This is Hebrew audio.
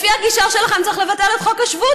לפי הגישה שלכם צריך לבטל את חוק השבות,